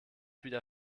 wieder